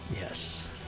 Yes